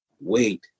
wait